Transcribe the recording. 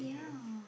yeah